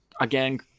again